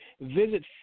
Visit